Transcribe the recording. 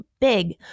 big